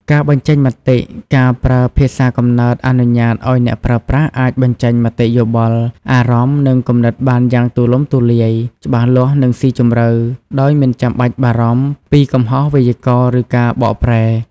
ការបញ្ចេញមតិ ការប្រើភាសាកំណើតអនុញ្ញាតឲ្យអ្នកប្រើប្រាស់អាចបញ្ចេញមតិយោបល់ អារម្មណ៍ និងគំនិតបានយ៉ាងទូលំទូលាយ ច្បាស់លាស់ និងស៊ីជម្រៅ ដោយមិនចាំបាច់បារម្ភពីកំហុសវេយ្យាករណ៍ ឬការបកប្រែ។